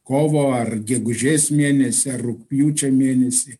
kovo ar gegužės mėnesį ar rugpjūčio mėnesį